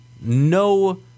no